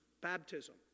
baptism